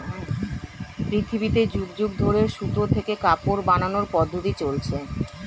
পৃথিবীতে যুগ যুগ ধরে সুতা থেকে কাপড় বানানোর পদ্ধতি চলছে